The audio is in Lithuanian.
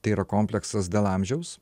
tai yra kompleksas dėl amžiaus